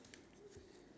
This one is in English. okay